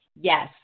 Yes